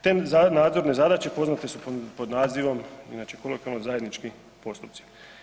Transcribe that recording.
Te nadzorne zadaće poznate su pod nazivom inače kolokvijalno zajednički postupci.